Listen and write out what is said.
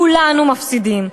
כולנו מפסידים: